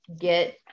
get